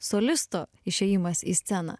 solisto išėjimas į sceną